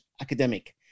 academic